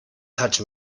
touch